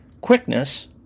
Quickness